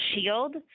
shield